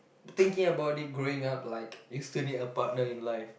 thinking about it growing up like you still need a partner in life